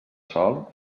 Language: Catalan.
sol